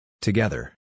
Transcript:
Together